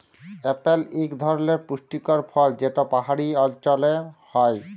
apple ইক ধরলের পুষ্টিকর ফল যেট পাহাড়ি অল্চলে হ্যয়